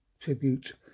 tribute